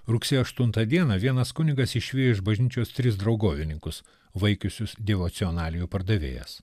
rugsėjo aštuntą dieną vienas kunigas išvijo iš bažnyčios tris draugovininkus vaikiusius dievocionalijų pardavėjas